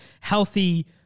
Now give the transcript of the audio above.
healthy